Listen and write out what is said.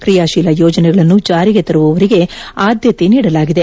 ಕ್ರಿಯಾಶೀಲ ಯೋಜನೆಗಳನ್ನು ಜಾರಿಗೆ ತರುವವರಿಗೆ ಆದ್ಯತೆ ನೀಡಲಾಗಿದೆ